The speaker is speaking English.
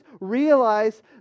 realize